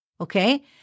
okay